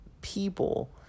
people